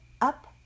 up